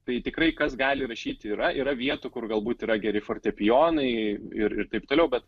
tai tikrai kas gali rašyti yra yra vietų kur galbūt yra geri fortepijonai ir ir taip toliau bet